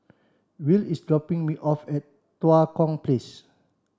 Will is dropping me off at Tua Kong Place